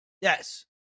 Yes